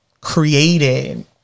created